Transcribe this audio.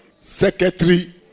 secretary